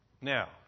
Now